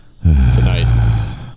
tonight